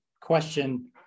question